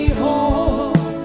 home